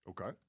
Okay